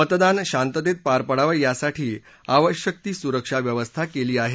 मतदान शांततेत पार पडावं यासाठी आवश्यक ती सुरक्षा व्यवस्था केली आहे